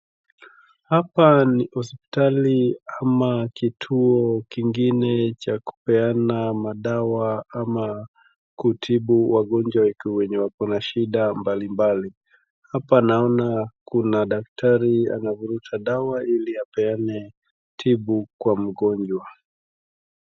Hapa ni hospitali ama kituo kingine cha kupeana madawa ama kutibu wagonjwa waki, wenye wako na shida mbali mbali. Hapa naona kuna daktari anavuruta dawa ili apeana tibu kwa mgonjwa.